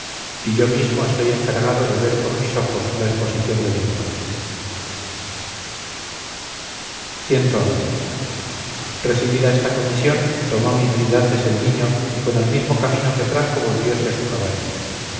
y yo mismo estoy encargado de ver por mis ojos la exposición del infante recibida esta comisión tomó mitradates el niño y por el mismo camino que trajo volvióse a su cabaña